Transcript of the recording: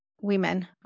women